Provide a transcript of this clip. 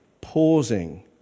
Pausing